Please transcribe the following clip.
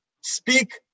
Speak